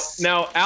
now